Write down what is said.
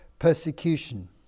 persecution